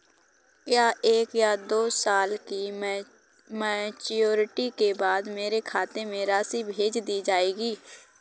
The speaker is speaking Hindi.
क्या एक या दो साल की मैच्योरिटी के बाद मेरे खाते में राशि भेज दी जाएगी?